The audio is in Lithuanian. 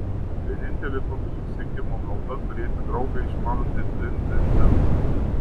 vienintelė tokio susisiekimo nauda turėti draugą išmanantį dzin dzin dzin